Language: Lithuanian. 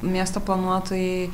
miesto planuotojai